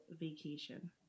vacation